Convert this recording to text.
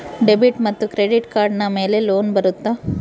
Debit ಮತ್ತು credit ಕಾರ್ಡಿನ ಮೇಲೆ ಲೋನ್ ಬರುತ್ತಾ?